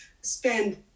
spend